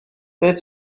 fyddet